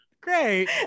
great